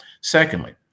Secondly